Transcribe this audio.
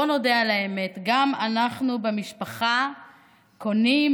בואו נודה על האמת: גם אנחנו במשפחה קונים,